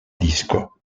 disco